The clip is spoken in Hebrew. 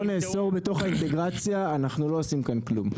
נאסור בתוך האינטגרציה אנחנו לא עושים כאן כלום?